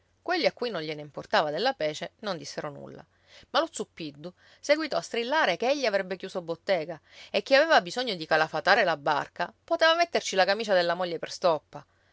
quelli a cui non gliene importava della pece non dissero nulla ma lo zuppiddu seguitò a strillare che egli avrebbe chiuso bottega e chi aveva bisogno di calafatare la barca poteva metterci la camicia della moglie per stoppa